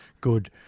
Good